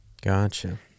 Gotcha